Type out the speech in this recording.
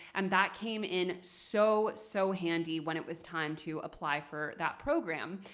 and that came in so, so handy when it was time to apply for that program.